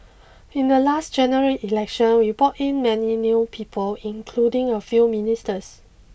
in the last general election we brought in many new people including a few ministers